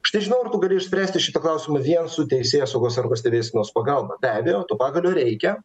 aš nežinau ar tu gali išspręsti šitą klausimą vien su teisėsaugos arba stebėsenos pagalba be abejo to pagalio reikia